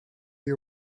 you